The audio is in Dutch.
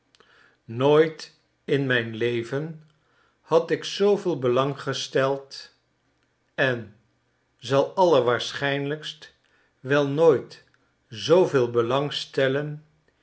nooit in mijn leven had ik zooveel belang gesteld en zai allerwaarschijnlijkst wel nooit zooveel